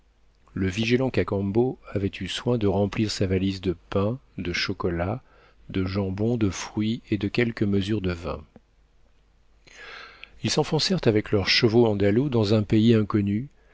le vigilant cacambo avait eu soin de remplir sa valise de pain de chocolat de jambon de fruits et de quelques mesures de vin ils s'enfoncèrent avec leurs chevaux andalous dans un pays inconnu